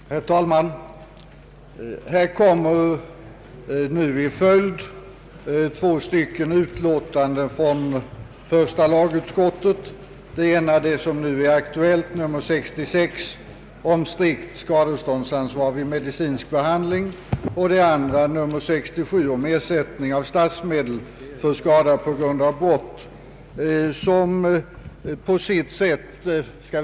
Herr talman! Här kommer nu i följd två utskottsutlåtanden från första lagutskottet, dels det nu aktuella nr 66 om strikt skadeståndsansvar vid medicinsk behandling, dels nr 67 om ersättning av statsmedel för skada på grund av brott m.m.